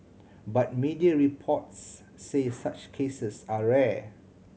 but media reports say such cases are rare